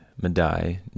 Madai